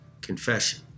confession